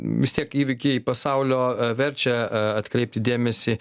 vis tiek įvykiai pasaulio verčia atkreipti dėmesį